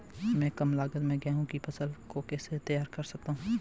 मैं कम लागत में गेहूँ की फसल को कैसे तैयार कर सकता हूँ?